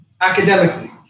academically